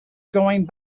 going